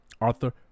Arthur